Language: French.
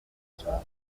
soir